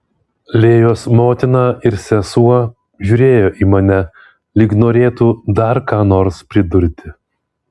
lėjos motina ir sesuo žiūrėjo į mane lyg norėtų dar ką nors pridurti